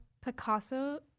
Picasso